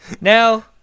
Now